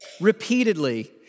repeatedly